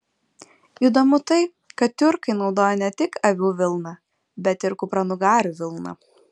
įdomu tai kad tiurkai naudojo ne tik avių vilną bet ir kupranugarių vilną